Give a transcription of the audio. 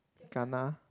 kana